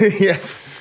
Yes